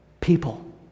People